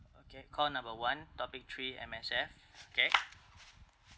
okay call number one topic three M_S_F okay